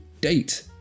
date